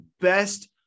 best